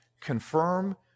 confirm